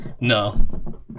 No